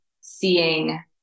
seeing